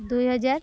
ଦୁଇ ହଜାର